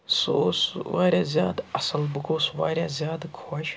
سُہ اوس واریاہ زیادٕ اَصٕل بہٕ گوس واریاہ زیادٕ خوش